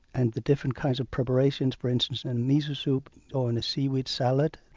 and the different kinds of preparations, for instance, in miso soup or and a seaweed salad,